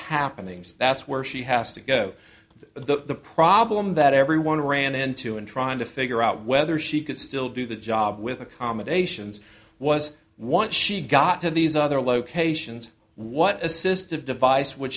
happenings that's where she has to go the the problem that everyone ran into in trying to figure out whether she could still do the job with accommodations was what she got to these other locations what assistive device w